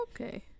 Okay